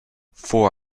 for